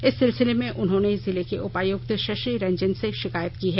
इस सिलसिले में उन्होंने जिले के उपायुक्त शशि रंजन से शिकायत की है